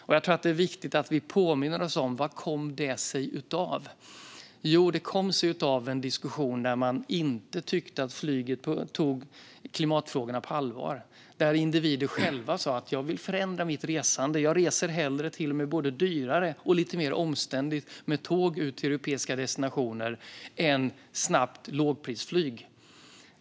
Och jag tror att det är viktigt att vi påminner oss om vad det kom sig av. Jo, det kom sig av en diskussion där man inte tyckte att flyget tog klimatfrågorna på allvar. Individer själva sa: Jag vill förändra mitt resande. Jag reser hellre till och med både dyrare och lite mer omständligt med tåg till europeiska destinationer än med snabbt lågprisflyg.